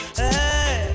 hey